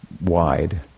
wide